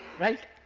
right?